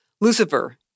Lucifer